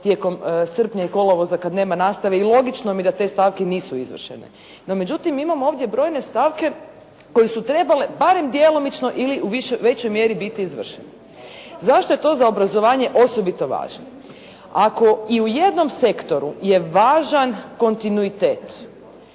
tijekom srpnja i kolovoza kad nema nastave i logično mi je da te stavke nisu izvršene. No međutim imamo ovdje brojne stavke koje su trebale barem djelomično ili u višoj, većoj mjeri biti izvršene. Zašto je to za obrazovanje osobito važno? Ako i u jednom sektoru je važan kontinuitet,